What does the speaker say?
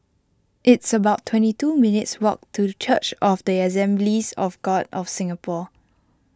it's about twenty two minutes' walk to Church of the Assemblies of God of Singapore